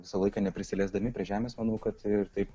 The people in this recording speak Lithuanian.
visą laiką neprisiliesdami prie žemės manau kad ir taip